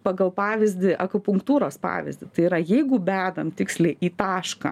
pagal pavyzdį akupunktūros pavyzdį tai yra jeigu bedam tiksliai į tašką